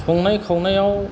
संनाय खावनायाव